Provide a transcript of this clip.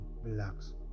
relax